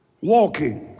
walking